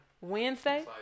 Wednesday